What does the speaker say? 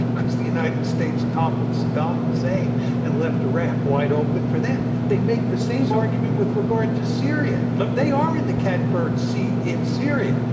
because the united states toppled saddam hussein and left iraq wide open for them. they make the same argument with regard to syria. let me they are in the cat-bird seat in syria.